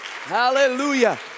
hallelujah